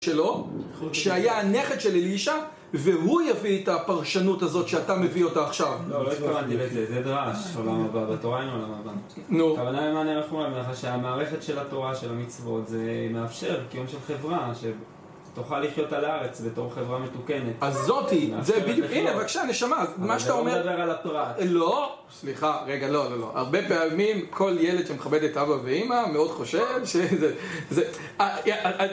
שלו, שהיה הנכד של אלישע, והוא יביא את הפרשנות הזאת שאתה מביא אותה עכשיו. לא, לא התכוונתי לזה, זה דרש. עולם הבא, בתורה אין עולם הבא. נו. הכוונה היא מה אני רואה ממך, שהמערכת של התורה, של המצוות, זה מאפשר קיום של חברה שתוכל לחיות על הארץ בתור חברה מתוקנת. אז זאת היא, זה בדיוק, הנה, בבקשה, נשמה, מה שאתה אומר... זה לא מדבר על התורה. לא, סליחה, רגע, לא, לא, לא. הרבה פעמים כל ילד שמכבד את אבא ואמא מאוד חושב שזה...